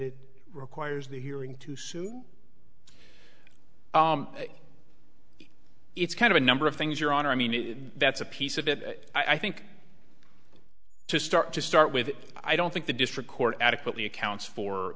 it requires the hearing to suit its kind of a number of things your honor i mean that's a piece of it i think to start to start with i don't think the district court adequately accounts for